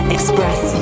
Express